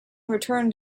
returned